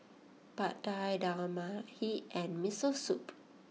Pad Thai Dal Makhani and Miso Soup